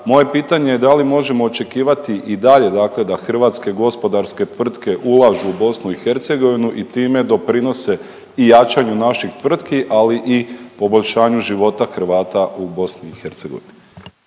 moje pitanje je da li možemo očekivati i dalje da hrvatske gospodarske tvrtke ulažu u BiH i time doprinose i jačanju naših tvrtki, ali i poboljšanju života Hrvata u BiH.